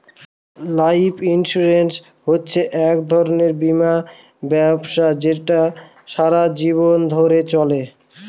life insurance হচ্ছে এক ধরনের বীমা ব্যবস্থা যেটা সারা জীবন ধরে চলে